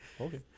Okay